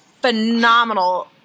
phenomenal